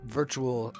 virtual